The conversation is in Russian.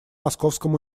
московском